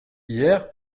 hier